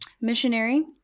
Missionary